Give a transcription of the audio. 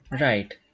right